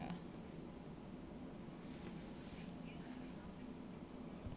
ya